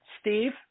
Steve